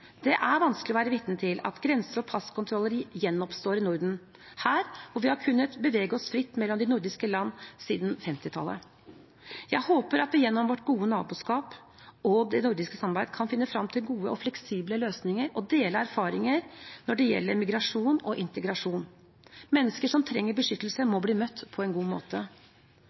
Det er vanskelig å være vitne til at grense- og passkontroller gjenoppstår i Norden, hvor vi har kunnet bevege oss fritt mellom de nordiske land siden 1950-tallet. Jeg håper at vi gjennom vårt gode naboskap og det nordiske samarbeidet kan finne frem til gode og fleksible løsninger og dele erfaringer når det gjelder migrasjon og integrasjon. Mennesker som trenger beskyttelse, må bli møtt på en god måte.